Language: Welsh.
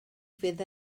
fydd